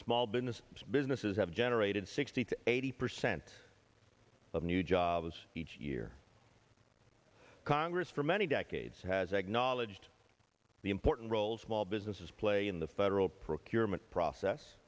small business businesses have generated sixty to eighty percent of new jobs each year congress for many decades has acknowledged the important roles of all businesses play in the federal procurement process